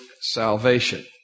salvation